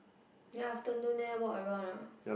then afternoon leh walk around ah